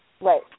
right